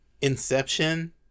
Inception